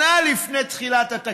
שנה לפני תחילת התקציב,